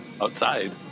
Outside